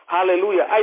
Hallelujah